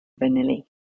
Vanilli